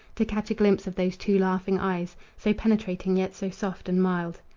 to catch a glimpse of those two laughing eyes, so penetrating yet so soft and mild.